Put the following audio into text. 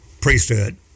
priesthood